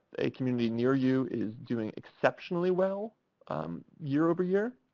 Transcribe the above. a community near you is doing exceptionally well year over year,